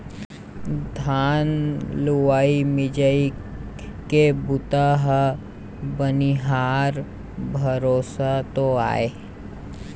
धान लुवई मिंजई के बूता ह बनिहार भरोसा तो आय